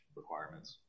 requirements